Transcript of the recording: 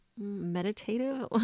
meditative